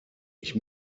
ich